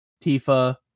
Tifa